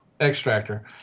Extractor